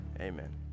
Amen